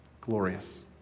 glorious